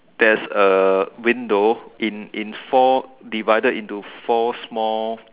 there's a window in in four divided into four small